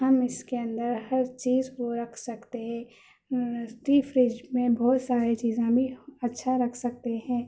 ہم اس کے اندر ہر چیز کو رکھ سکتے ہیں ڈی فریج میں بہت سارے چیزیں بھی اچھا رکھ سکتے ہیں